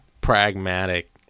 pragmatic